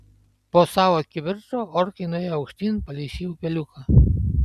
po savo kivirčo orkai nuėjo aukštyn palei šį upeliuką